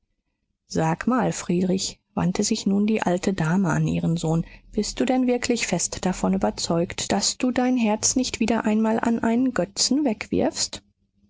sag mal friedrich wandte sich nun die alte dame an ihren sohn bist du denn wirklich fest davon überzeugt daß du dein herz nicht wieder einmal an einen götzen wegwirfst